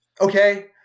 okay